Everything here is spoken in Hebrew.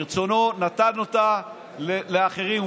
ברצונו נתן אותה לאחרים,